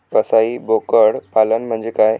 कसाई बोकड पालन म्हणजे काय?